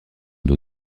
dos